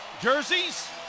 jerseys